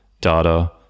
data